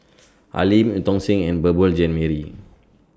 Al Lim EU Tong Sen and Beurel Jean Marie